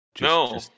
No